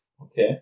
Okay